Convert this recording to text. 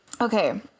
Okay